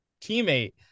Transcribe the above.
teammate